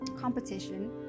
competition